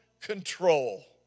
control